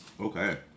Okay